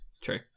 true